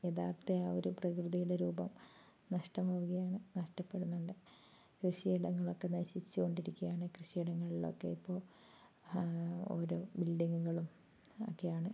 യഥാർത്ഥ ആ ഒരു പ്രകൃതിയുടെ രൂപം നഷ്ടമാവുകയാണ് നഷ്ടപ്പെടുന്നുണ്ട് കൃഷിയിടങ്ങളൊക്കെ നശിച്ചുകൊണ്ടിരിക്കുകയാണ് കൃഷിയിടങ്ങളിൽ ഒക്കെ ഇപ്പോൾ ഓരോ ബിൽഡിങ്ങുകളും ഒക്കെയാണ്